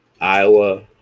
Iowa